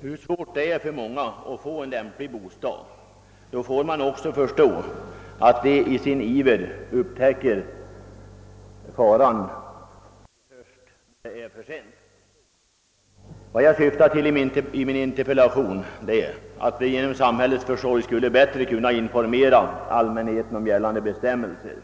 hur svårt det är för många att få en lämplig bostad måste vi också förstå att dessa människor i sin iver ibland upptäcker faran först när det är för sent. Vad jag med min interpellation syftat till är att allmänheten genom samhällets försorg skulle få bättre information om gällande bestämmelser.